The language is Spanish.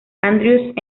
andrews